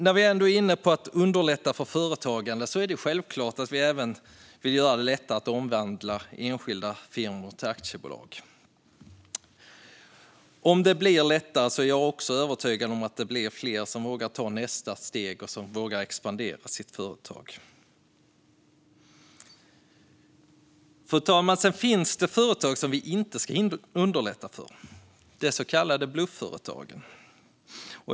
När vi ändå är inne på att underlätta för företagande är det självklart att vi även vill göra det lättare att omvandla enskilda firmor till aktiebolag. Om det blir lättare är jag också övertygad om att fler vågar ta nästa steg och expandera sina företag. Fru talman! Sedan finns företag som vi inte ska underlätta för, de så kallade blufföretagen.